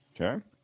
Okay